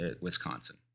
wisconsin